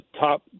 top